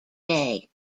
day